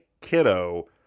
kiddo